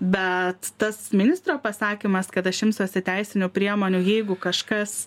bet tas ministro pasakymas kad aš imsiuosi teisinių priemonių jeigu kažkas